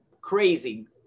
crazy